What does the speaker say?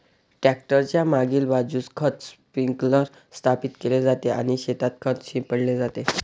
tractor च्या मागील बाजूस खत स्प्रिंकलर स्थापित केले जाते आणि शेतात खत शिंपडले जाते